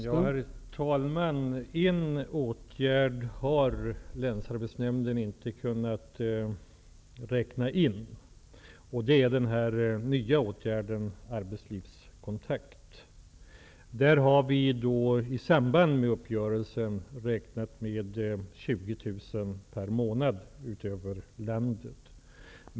Herr talman! En åtgärd har Länsarbetsnämnden inte kunnat räkna med, och det är den nya åtgärden arbetslivskontakt. Där har vi i samband med uppgörelsen räknat med 20 000 per månad ut över landet.